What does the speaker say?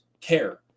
care